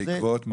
בעקבות מה?